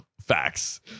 facts